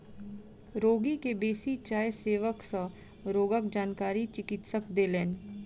रोगी के बेसी चाय सेवन सँ रोगक जानकारी चिकित्सक देलैन